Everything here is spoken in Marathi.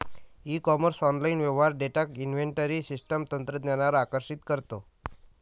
ई कॉमर्स ऑनलाइन व्यवहार डेटा इन्व्हेंटरी सिस्टम तंत्रज्ञानावर आकर्षित करतो